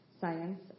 science